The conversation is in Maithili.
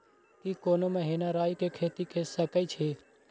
की कोनो महिना राई के खेती के सकैछी?